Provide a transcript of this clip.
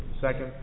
Second